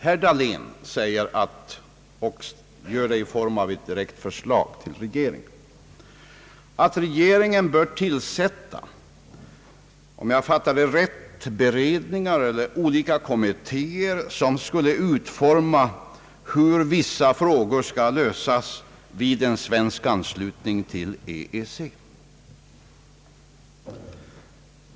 Herr Dahlén ställde ett direkt förslag till regeringen att den bör tillsätta — om jag fattade honom rätt — beredningar eller olika kommittéer som skul le utforma hur vissa frågor skall lösas vid en svensk anslutning till EEC.